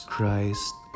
Christ